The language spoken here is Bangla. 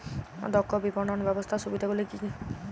দক্ষ বিপণন ব্যবস্থার সুবিধাগুলি কি কি?